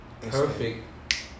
Perfect